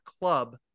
club